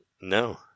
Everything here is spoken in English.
No